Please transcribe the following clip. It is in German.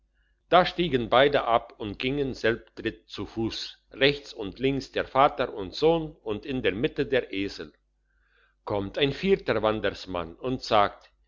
da stiegen beide ab und gingen selbdritt zu fuss rechts und links der vater und sohn und in der mitte der esel kommt ein vierter wandersmann und sagt